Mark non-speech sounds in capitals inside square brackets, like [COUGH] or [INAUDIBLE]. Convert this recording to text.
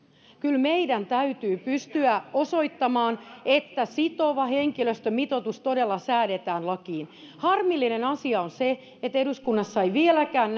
kyllä meidän täytyy pystyä osoittamaan että sitova henkilöstömitoitus todella säädetään lakiin harmillinen asia on se että eduskunnassa ei vieläkään [UNINTELLIGIBLE]